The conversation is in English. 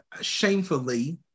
shamefully